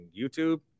YouTube